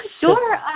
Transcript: sure